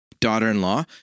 daughter-in-law